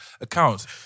accounts